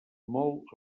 molt